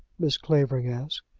mrs. clavering asked.